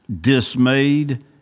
dismayed